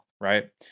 right